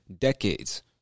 decades